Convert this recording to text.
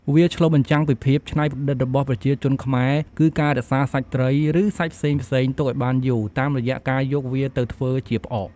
វាឆ្លុះបញ្ចាំងពីភាពច្នៃប្រឌិតរបស់ប្រជាជនខ្មែរ គឺការរក្សាសាច់ត្រី ឬ សាច់ផ្សេងៗទុកឱ្យបានយូរ តាមរយៈការយកវាទៅធ្វើជាផ្អក។